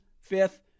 Fifth